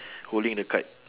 holding the kite